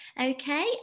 Okay